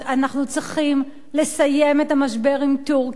אנחנו צריכים לסיים את המשבר עם טורקיה,